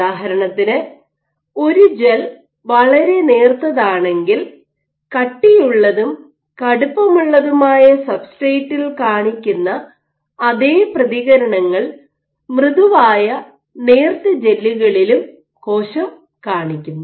ഉദാഹരണത്തിന് ഒരു ജെൽ വളരെ നേർത്തതാണെങ്കിൽ കട്ടിയുള്ളതും കടുപ്പമുള്ളതുമായ സബ്സ്ട്രേറ്റിൽ കാണിക്കുന്ന അതേ പ്രതികരണങ്ങൾ മൃദുവായ നേർത്ത ജെല്ലുകളിലും കോശം കാണിക്കുന്നു